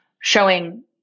showing